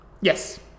Yes